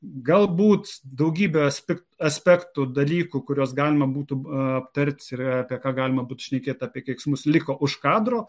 galbūt daugybę aspek aspektų dalykų kuriuos galima būtų aptart ir apie ką galima šnekėt apie keiksmus liko už kadro